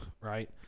right